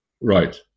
Right